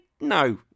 No